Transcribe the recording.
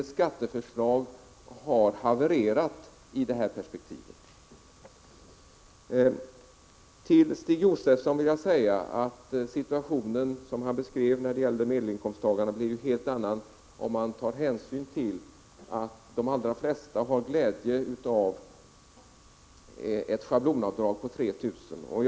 Ert skatteförslag har havererat i detta perspektiv. Stig Josefson beskrev situationen för medelinkomsttagarna, men den blir en helt annan om man tar hänsyn till att de allra flesta har glädje av ett schablonavdrag på 3 000 kr.